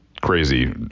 crazy